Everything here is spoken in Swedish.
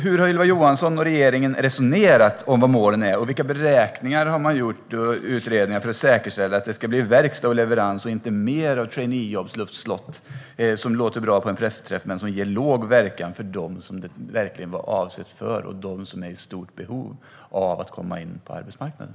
Hur har Ylva Johansson och regeringen resonerat om vad målen är, och vilka beräkningar och utredningar har man gjort för att säkerställa att det ska bli verkstad och leverans och inte mer av traineejobbsluftslott, som låter bra på en pressträff men ger låg verkan för dem som de verkligen är avsedda för och som är i stort behov av att komma in på arbetsmarknaden?